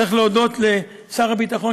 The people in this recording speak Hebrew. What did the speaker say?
צריך להודות לשר הביטחון,